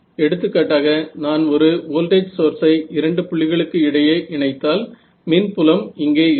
எடுத்துக்காட்டாக நான் ஒரு வோல்டேஜ் சோர்ஸை இரண்டு புள்ளிகளுக்கு இடையே இணைத்தால் மின்புலம் இங்கே இருக்கும்